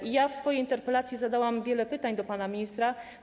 I ja w swojej interpelacji zadałam wiele pytań do pana ministra.